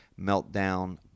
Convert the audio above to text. Meltdown